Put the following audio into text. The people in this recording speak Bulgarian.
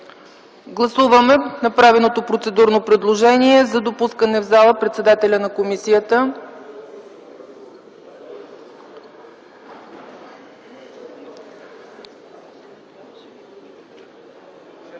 Гласуваме направеното процедурно предложение за допускане в залата председателя на комисията. Гласували